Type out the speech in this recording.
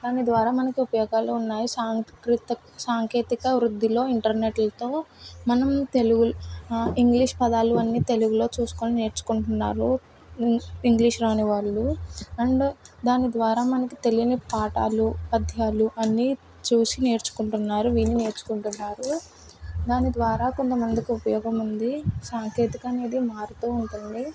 దాని ద్వారా మనకు ఉపయోగాలు ఉన్నాయి సాంస్కృత సాంకేతిక వృద్ధిలో ఇంటర్నెట్లతో మనం తెలుగు ఇంగ్లీష్ పదాలు అన్నీ తెలుగులో చూసుకొని నేర్చుకుంటున్నారు ఇంగ్లీ ఇంగ్లీష్ రానివాళ్ళు అండ్ దాని ద్వారా మనకి తెలియని పాఠాలు పద్యాలు అన్నీ చూసి నేర్చుకుంటున్నారు విని నేర్చుకుంటున్నారు దాని ద్వారా కొంతమందికి ఉపయోగం ఉంది సాంకేతిక అనేది మారుతు ఉంటుంది